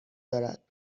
دارد